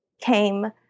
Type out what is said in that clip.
came